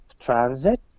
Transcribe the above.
transit